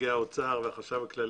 נציגי האוצר והחשב הכללי.